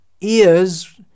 ears